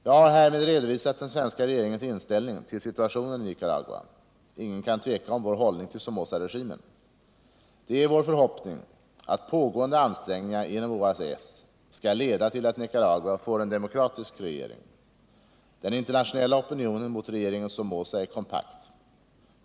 Jag har härmed redovisat den svenska regeringens inställning till situationen i Nicaragua. Ingen kan tveka om vår hållning till Somazaregimen. Det är vår förhoppning att pågående ansträngningar inom OAS skall leda till att Nicaragua får en demokratisk regering. Den internationella opinionen mot regeringen Somoza är kompakt.